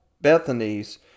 Bethany's